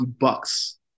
Bucks